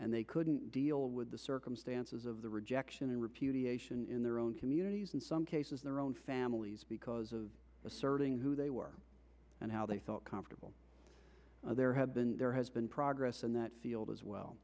and they couldn't deal with the circumstances of the rejection and repudiation in their own communities in some cases their own families because of asserting who they were and how they felt comfortable there had been there has been progress in that field as well